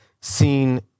seen